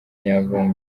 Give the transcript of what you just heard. nyamvumba